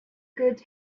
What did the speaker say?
good